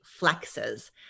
flexes